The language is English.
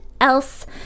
Else